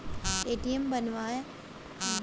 ATM card बनवाये बर का का कागज लगथे?